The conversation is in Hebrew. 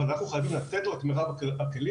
אבל אנחנו חייבים לתת לו את מירב הכלים.